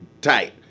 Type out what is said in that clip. tight